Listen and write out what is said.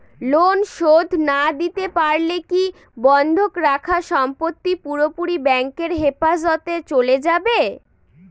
Loan শোধ না দিতে পারলে কি বন্ধক রাখা সম্পত্তি পুরোপুরি ব্যাংকের হেফাজতে চলে যাবে?